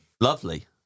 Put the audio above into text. Lovely